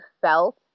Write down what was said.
felt